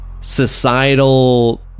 societal